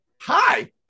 Hi